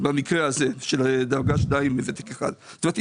במקרה הזה של דרגה 2 וותק 1. זאת אומרת,